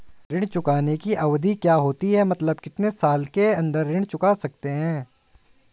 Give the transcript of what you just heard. ऋण चुकाने की अवधि क्या होती है मतलब कितने साल के अंदर ऋण चुका सकते हैं?